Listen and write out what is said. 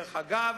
דרך אגב,